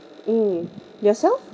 mm yourself